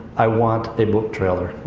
i want a book trailer.